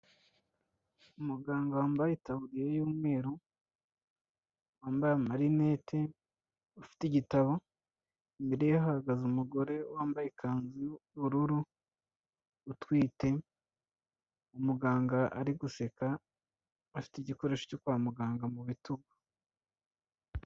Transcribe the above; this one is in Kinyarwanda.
Umuganga wambaye itaburiya y'umweru, wambaye amarinete, ufite igitabo, imbere ye hahagaze umugore wambaye ikanzu y'ubururu utwite, umuganga ari guseka afite igikoresho cyo kwa muganga mu bitugu.